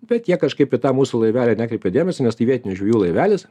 bet jie kažkaip į tą mūsų laivelį nekreipė dėmesio nes tai vietinių žvejų laivelis